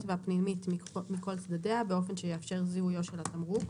והפנימית מכל צדדיה באופן שיאפשר זיהויו של התמרוק".